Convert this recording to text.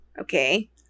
Okay